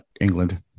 England